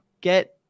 get